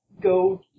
go